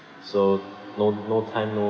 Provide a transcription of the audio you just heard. so no no time no